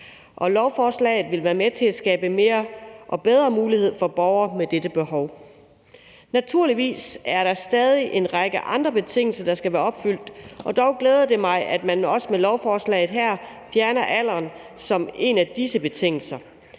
og lovforslaget vil være med til at skabe flere og bedre muligheder for borgere med dette behov. Naturligvis er der stadig en række andre betingelser, der skal være opfyldt, men det glæder mig dog, at man med lovforslaget her fjerner alderen som en af disse betingelser.